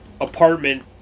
apartment